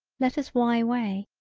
let us why way.